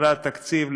הרי התקציב,